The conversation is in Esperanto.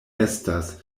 estas